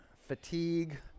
fatigue